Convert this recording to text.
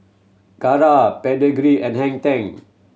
Kara Pedigree and Heng Ten